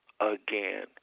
again